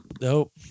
nope